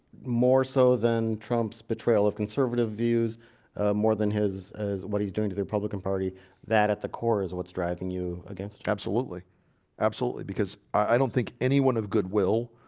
more so than trump's betrayal of conservative views more than his as what he's doing to the republican party that at the core is what's dragging you against absolutely absolutely, because i don't think anyone of goodwill